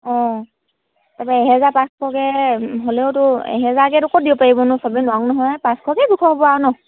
অঁ তাপা এহেজাৰ পাঁচশকৈ হ'লেওতো এহেজাৰকেতো ক'ত দিব পাৰিবনো সবেই নোৱাৰো নহয় পাঁচশকৈ জোখৰ হ'ব আৰু ন